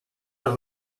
are